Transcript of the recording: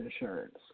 insurance